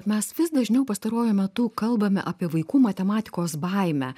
mes vis dažniau pastaruoju metu kalbame apie vaikų matematikos baimę